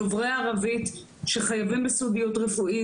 דוברי ערבית שחייבים בסודיות רפואי.